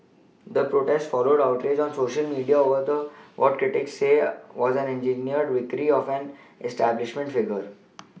the protest followed outrage on Social media over what critics say was the engineered victory of an establishment figure